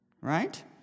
Right